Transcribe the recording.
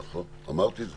נכון, אמרתי את זה.